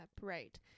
Right